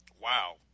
wow